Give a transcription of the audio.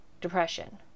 depression